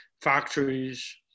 factories